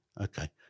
Okay